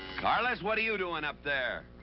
carlos, what are you doing up there?